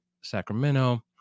Sacramento